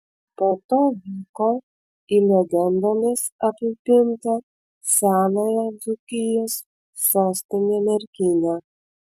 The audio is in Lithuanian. po to vyko į legendomis apipintą senąją dzūkijos sostinę merkinę